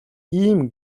ийм